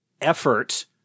effort